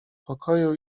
pokoju